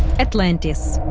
atlantis